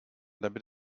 damit